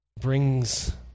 brings